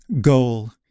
goal